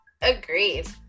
agreed